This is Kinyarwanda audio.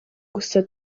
gusa